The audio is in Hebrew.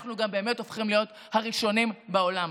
אנחנו גם באמת הופכים להיות הראשונים בעולם.